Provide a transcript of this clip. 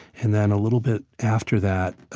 and then a little bit after that,